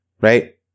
right